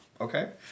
Okay